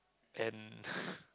and